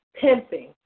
pimping